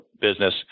business